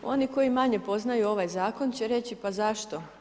Oni koji manje poznaju ovaj Zakon, će reći, pa zašto?